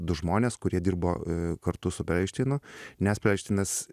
du žmones kurie dirbo kartu su perelšteinu nes peleršteinas